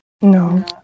No